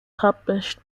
published